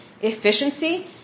efficiency